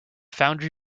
foundry